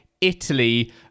Italy